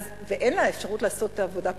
ואין לה אפשרות לעשות עבודה פרטית.